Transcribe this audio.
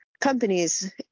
companies